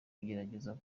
inzozi